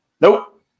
Nope